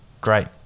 great